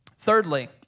Thirdly